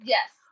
Yes